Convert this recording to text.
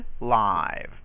live